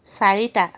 চাৰিটা